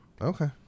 Okay